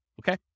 okay